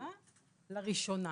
לראשונה".